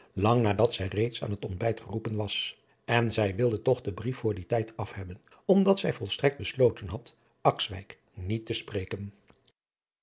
lang nadat zij reeds aan het ontbijt geroepen was en zij wilde toch den brief voor dien tijd af hebadriaan loosjes pzn het leven van hillegonda buisman ben omdat zij volstrekt besloten had akswijk niet te spreken